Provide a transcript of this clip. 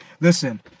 Listen